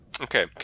Okay